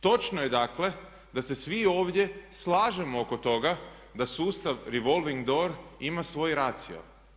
Točno je dakle da se svi ovdje slažemo oko toga da sustav revolving door ima svoj racio.